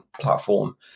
platform